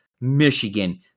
Michigan